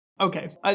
Okay